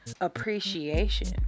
appreciation